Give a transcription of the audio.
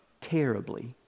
terribly